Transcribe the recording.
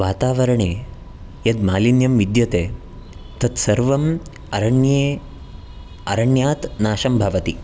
वातावरणे यद्मालिन्यं विद्यते तत्सर्वम् अरण्ये अरण्यात् नाशं भवति